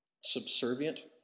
subservient